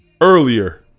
earlier